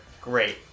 great